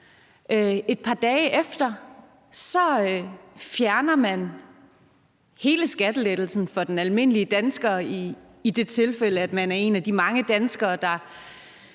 Et par dage efter fjerner man hele skattelettelsen for den almindelige dansker i det tilfælde, at man er en af de mange danskere,